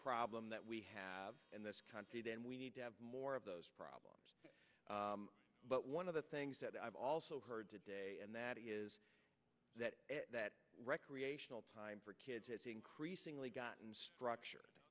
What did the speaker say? problem that we have in this country then we need to have more of those problems but one of the things that i've also heard today and that is that that recreational time for kids is increasingly gotten